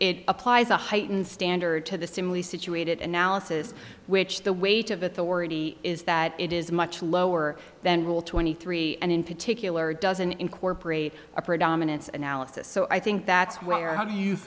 applies a heightened standard to the similarly situated analysis which the weight of authority is that it is much lower than rule twenty three and in particular doesn't incorporate a predominance analysis so i think that's where how do